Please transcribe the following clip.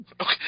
Okay